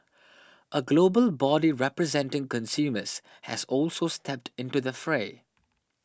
a global body representing consumers has also stepped into the fray